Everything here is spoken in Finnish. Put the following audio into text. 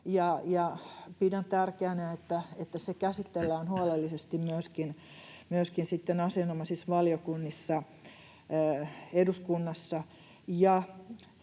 pidän tärkeänä, että se käsitellään huolellisesti myöskin sitten asianomaisissa valiokunnissa eduskunnassa.